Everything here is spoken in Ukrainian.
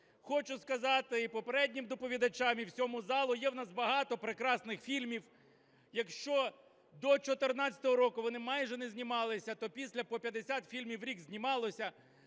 Хочу сказати і попереднім доповідачам і всьому залу, є у нас багато прекрасних фільмів. Якщо до 14-го року вони майже не знімалися, то після по 50 фільмів у рік знімалося,